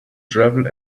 travel